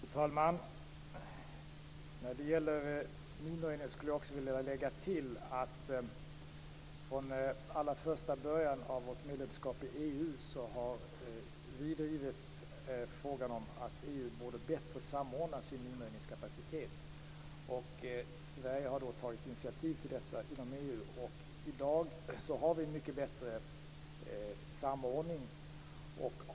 Fru talman! När det gäller minröjning skulle jag också vilja lägga till att från allra första början av vårt medlemskap i EU har vi drivit frågan om att EU bättre borde samordna sin minröjningskapacitet. Sverige har tagit initiativ till detta inom EU. I dag har vi en mycket bättre samordning.